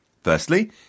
Firstly